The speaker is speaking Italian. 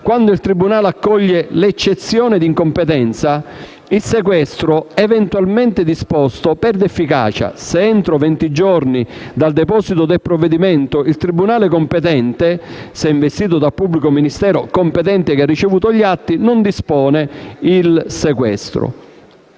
Quando il tribunale accoglie l'eccezione d'incompetenza, il sequestro eventualmente disposto perde efficacia se entro venti giorni dal deposito del provvedimento il tribunale competente (se investito dal pubblico ministero competente che ha ricevuto gli atti) non dispone il sequestro.